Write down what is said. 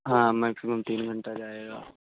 ہاں میکسیمم تین گھنٹہ جائے گا